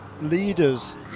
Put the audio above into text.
leaders